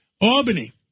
Albany